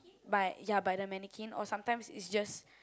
by ya by the mannequin or sometimes is just